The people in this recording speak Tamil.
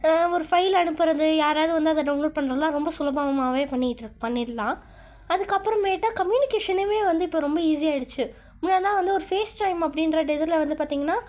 ஒரு ஃபைல் அனுப்புகிறது யாராவது வந்து அதை டவுன்லோட் பண்ணுறதுலாம் ரொம்ப சுலபமாகவே பண்ணிட்ரு பண்ணிடலாம் அதுக்கு அப்புறமேட்டு கம்யூனிகேஷனுமே வந்து இப்போ ரொம்ப ஈஸியாக ஆகிடுச்சி முன்னாடிலாம் வந்து ஒரு ஃபேஸ் டைம் அப்படின்ற இதில் வந்து பார்த்திங்கன்னா